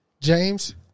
James